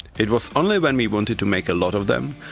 it was only when we wanted to make a lot of them,